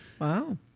wow